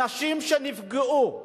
אנשים שנפגעו,